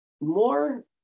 more